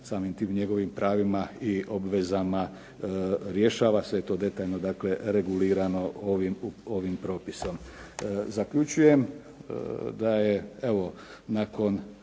samim tim njegovim pravima i obvezama rješava sve to detaljno dakle, regulirano ovim propisom. Zaključujem da je evo nakon